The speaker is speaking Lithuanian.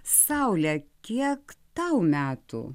saule kiek tau metų